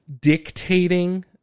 dictating